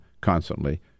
constantly